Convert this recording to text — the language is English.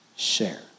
share